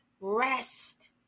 rest